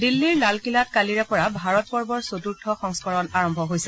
দিল্লীৰ লালকিল্লাত কালিৰে পৰা ভাৰত পৰ্বৰ চতুৰ্থ সংস্কৰণ আৰম্ভ হৈছে